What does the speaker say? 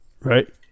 right